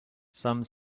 some